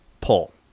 pull